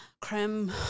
Creme